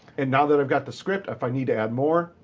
and now that i've got the script, if i need to add more,